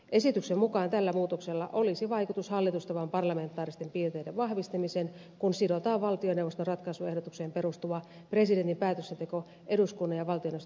esityksen mukaan tällä muutoksella olisi vaikutus hallitustavan parlamentaaristen piirteitten vahvistamiseen kun sidotaan valtioneuvoston ratkaisuehdotukseen perustuva presidentin päätöksenteko eduskunnan ja valtioneuvoston yhtenevään kantaan